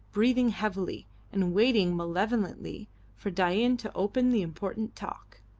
breathing heavily and waiting malevolently for dain to open the important talk.